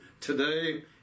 today